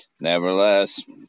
Nevertheless